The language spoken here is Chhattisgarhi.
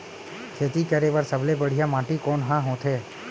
खेती करे बर सबले बढ़िया माटी कोन हा होथे?